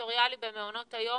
הסקטוריאלי במעונות היום,